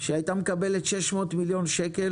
שהייתה מקבלת 600 מיליון שקל,